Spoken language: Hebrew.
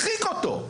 הרחיק אותו.